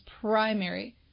primary